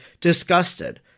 disgusted